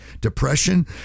depression